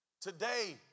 Today